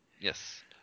Yes